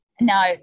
No